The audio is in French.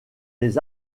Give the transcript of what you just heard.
les